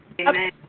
Amen